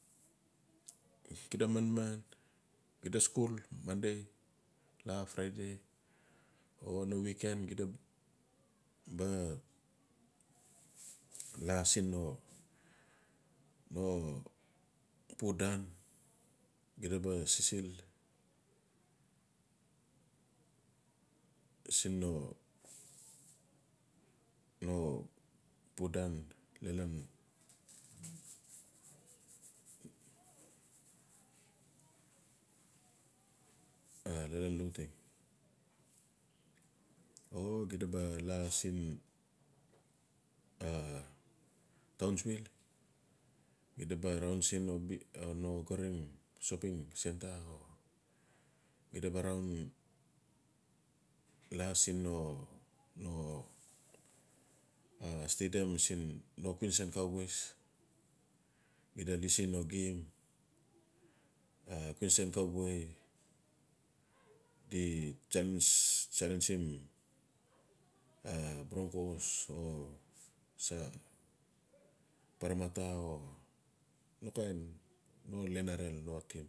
xida marang xida skul la monday la friday. o no weekend gita ba la siin no pu dan gida ba sisil siin no-no pu dan lalan a lalan lauteng o gida la siin a townsville. gita ba roun no xarim shopping centre. xida roun la siin no gida siin no game cusan cowboys di challence a broncos. paramata o no nrl no team.